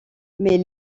mais